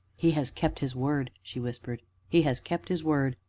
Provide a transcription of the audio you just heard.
he has kept his word! she whispered he has kept his word!